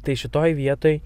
tai šitoj vietoj